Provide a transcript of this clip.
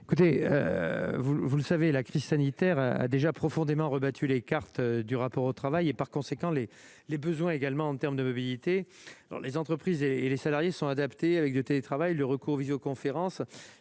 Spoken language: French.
vous, vous le savez la crise sanitaire a déjà profondément rebattu les cartes du rapport au travail et par conséquent les les besoins également en termes de mobilité dans les entreprises et et les salariés sont adaptés avec de télétravail le recours visioconférences